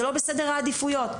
זה לא בסדר העדיפויות.